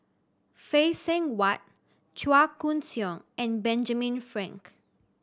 Phay Seng Whatt Chua Koon Siong and Benjamin Frank